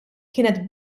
kienet